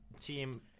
team